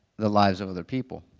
the lives of other people.